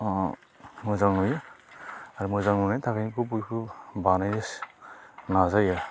ओ मोजां नुयो आरो मोजां नुनायनि थाखाय बेखौ बानायनो नाजायो